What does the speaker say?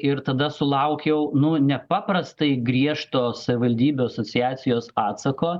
ir tada sulaukiau nu nepaprastai griežto savivaldybių asociacijos atsako